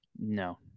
No